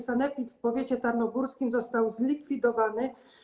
Sanepid w powiecie tarnogórskim został zlikwidowany.